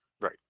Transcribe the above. right